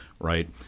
right